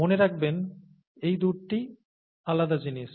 মনে রাখবেন এই দুটি আলাদা জিনিস